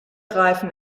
reifen